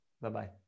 Bye-bye